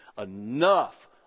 Enough